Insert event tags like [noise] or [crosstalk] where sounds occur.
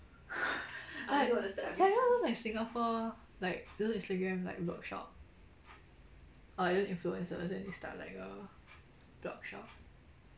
[breath] like !wah! you know those like singapore like those instagram like blogshop or those influencers then they start like a blogshop